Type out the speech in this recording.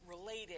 related